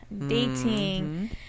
Dating